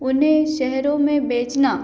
उन्हें शेहरो में बेचना